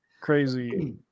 crazy